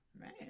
man